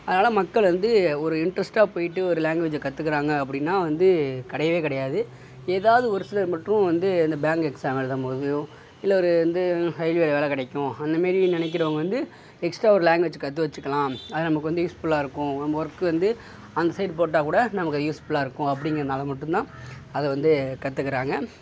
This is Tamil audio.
அதனால் மக்கள் வந்து ஒரு இன்ட்ரஸ்டா பெய்ட்டு ஒரு லாங்க்வேஜ கத்துக்குறாங்க அப்படின்னா வந்து கிடையவே கிடையாது ஏதாவது ஒரு சிலர் மட்டும் வந்து இந்த பேங்க் எக்ஸாம் எழுதபோதும் இல்லை ஒரு வந்து ரயில்வே வேலை கிடைக்கும் அந்தமாரி நினைக்குறவங்க வந்து எக்ஸ்ட்டா ஒரு லாங்க்வேஜ் கற்று வச்சிக்கலாம் அது நமக்கு வந்து யூஸ்ஃபுல்லாக இருக்கும் நம்ம ஒர்க் வந்து அந்த சைடு போட்டால் கூட நமக்கு அது யூஸ்ஃபுல்லாக இருக்கும் அப்படிங்குறதுனால மட்டும்தான் அதை வந்து கற்றுக்குறாங்க